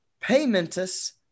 Paymentus